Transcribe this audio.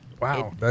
Wow